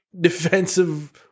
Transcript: defensive